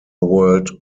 world